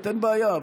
אין בעיה,